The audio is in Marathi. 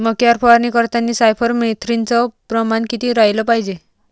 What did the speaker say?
मक्यावर फवारनी करतांनी सायफर मेथ्रीनचं प्रमान किती रायलं पायजे?